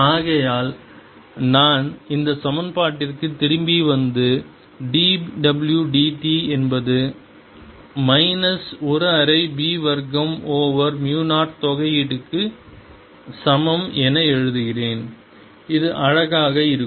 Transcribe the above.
ஆகையால் நான் இந்த சமன்பாட்டிற்கு திரும்பி வந்து dw dt என்பது மைனஸ் ஒரு அரை B வர்க்கம் ஓவர் மு 0 தொகையீடு க்கு சமம் என எழுதுகிறேன் இது அழகாக இருக்கும்